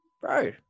bro